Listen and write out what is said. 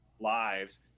lives